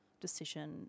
decision